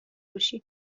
باشی